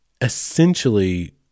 essentially